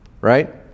right